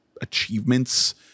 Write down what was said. achievements